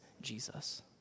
jesus